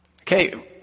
Okay